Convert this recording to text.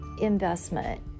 investment